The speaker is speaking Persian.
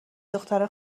دختر